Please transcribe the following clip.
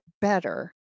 better